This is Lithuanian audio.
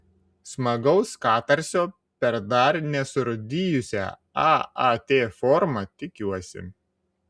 smagaus katarsio per dar nesurūdijusią aat formą tikiuosi